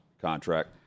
contract